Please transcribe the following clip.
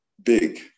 big